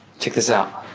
check this out.